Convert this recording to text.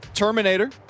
Terminator